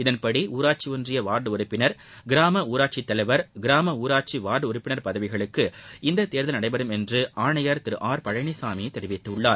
இதன்படி ஊராட்சி ஒன்றிய வார்டு உறுப்பினர் கிராம ஊராட்சி தலைவர் கிராம ஊராட்சி வார்டு உறுப்பினர் பதவிகளுக்கு இந்த தேர்தல் நடைபெறும் என்று ஆணையா திரு ஆர் பழனிசாமி தெரிவித்துள்ளார்